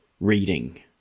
reading